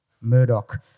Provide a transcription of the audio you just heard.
Murdoch